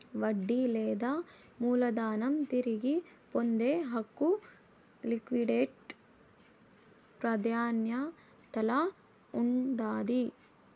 వడ్డీ లేదా మూలధనం తిరిగి పొందే హక్కు లిక్విడేట్ ప్రాదాన్యతల్ల ఉండాది